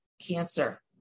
cancer